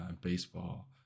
baseball